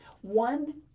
One